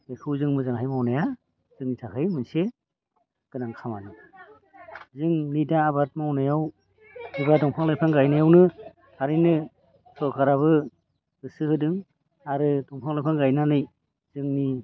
बेखौ जों मोजांयै मावनाया जोंनि थाखाय मोनसे गोनां खामानि जों नै दा आबाद मावनायाव एबा दंफां लाइफां गायनायावनो थारैनो सोरखाराबो गोसो होदों आरो दंफां लाइफां गायनानै जोंनि